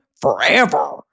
forever